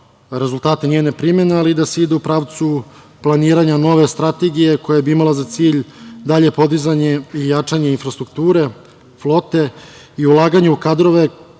rezultate njene primene, ali i da se ide u pravcu planiranja nove strategije koja bi imala za cilj dalje podizanje i jačanje infrastrukture, flote i ulaganje u kadrove